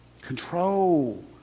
Control